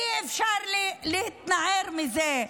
אי-אפשר להתנער מזה.